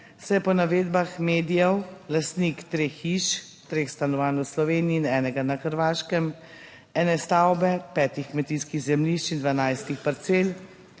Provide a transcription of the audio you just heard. saj je po navedbah medijev lastnik treh hiš, treh stanovanj v Sloveniji in enega na Hrvaškem, ene stavbe, petih kmetijskih zemljišč in 12 parcel,